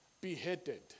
beheaded